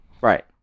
Right